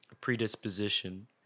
predisposition